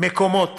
מקומות